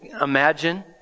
imagine